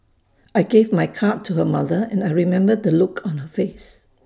I gave my card to her mother and I remember the look on her face